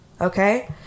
okay